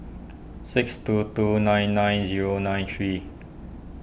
six two two nine nine zero nine three